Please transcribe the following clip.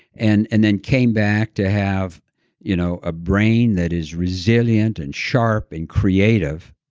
and and then came back to have you know a brain that is resilient and sharp and creative,